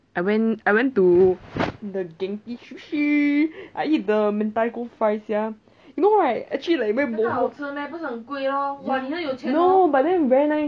oh I went I went to the genki sushi I eat the mentaiko fries sia you know right actually like very bo hua ya no but then very nice